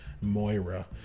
Moira